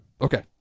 Okay